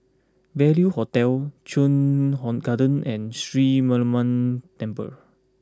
Value Hotel Chuan Garden and Sri Mariamman Temple